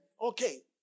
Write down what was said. Okay